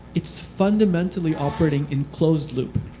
it's fundamentally operating in closed loop.